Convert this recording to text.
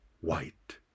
white